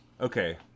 Okay